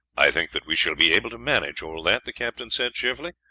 i think that we shall be able to manage all that, the captain said cheerfully.